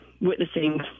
witnessing